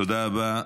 תודה רבה.